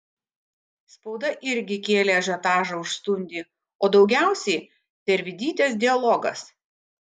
spauda irgi kėlė ažiotažą už stundį o daugiausiai tervidytės dialogas